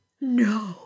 No